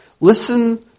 Listen